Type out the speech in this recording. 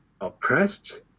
oppressed